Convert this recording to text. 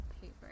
paper